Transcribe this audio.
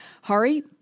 Hari